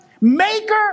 maker